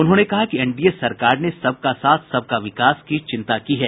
उन्होंने कहा कि एनडीए सरकार ने सबका साथ सबका विकास की चिंता की है